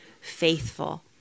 faithful